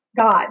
god